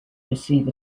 receive